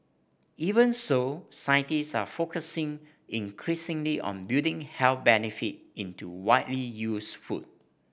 even so scientist are focusing increasingly on building health benefit into widely used food